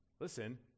listen